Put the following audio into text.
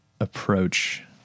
approach